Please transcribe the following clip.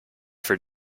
for